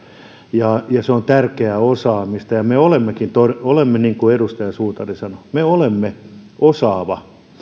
ja se on tärkeää osaamista me olemme niin kuin edustaja suutari sanoi osaava